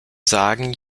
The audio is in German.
sagen